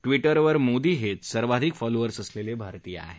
ट्विटरवर मोदी हेच सर्वाधिक फॉलोअर्स असलेले भारतीय आहेत